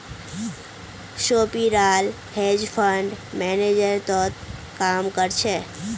सोपीराल hedge fund manager तोत काम कर छ